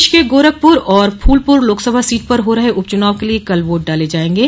प्रदेश के गोरखपुर और फूलपुर लोकसभा सीट पर हो रहे उपचुनाव के लिए कल वोट डाले जायेंगे